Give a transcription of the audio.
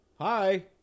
Hi